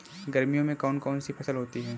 गर्मियों में कौन कौन सी फसल होती है?